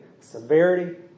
severity